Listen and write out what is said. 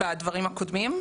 בדברים הקודמים?